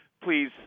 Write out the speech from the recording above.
please